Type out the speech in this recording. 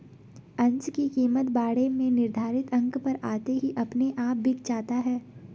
अंश की कीमत बाड़े में निर्धारित अंक पर आते ही अपने आप बिक जाता है